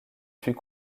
fut